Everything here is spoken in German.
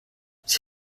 sie